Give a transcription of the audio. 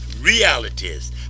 realities